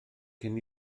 cyn